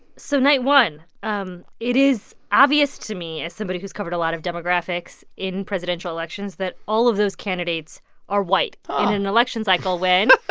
so night one, um it is obvious to me, as somebody who's covered a lot of demographics in presidential elections, that all of those candidates are white. in an election cycle when.